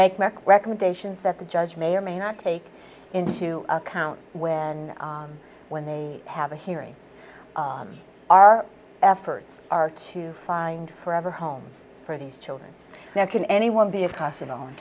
make my recommendations that the judge may or may not take into account when when they have a hearing our efforts are to find forever homes for these children now can anyone be accos